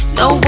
no